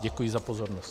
Děkuji za pozornost.